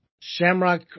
Shamrock